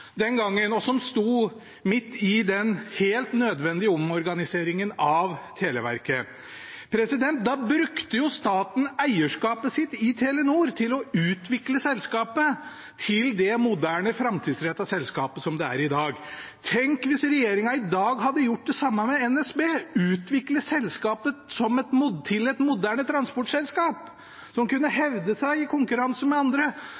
den gangen, og som sto midt i den helt nødvendige omorganiseringen av Televerket. Da brukte staten eierskapet sitt i Telenor til å utvikle selskapet til det moderne, framtidsrettede selskapet som det er i dag. Tenk hvis regjeringen hadde gjort det samme med NSB, utviklet selskapet til et moderne transportselskap som kunne hevde seg i konkurranse med andre,